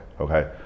Okay